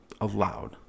allowed